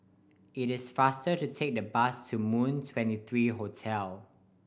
it is faster to take the bus to Moon Twenty three Hotel